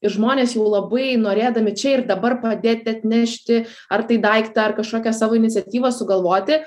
ir žmonės jau labai norėdami čia ir dabar padėti atnešti ar tai daiktą ar kažkokią savo iniciatyvą sugalvoti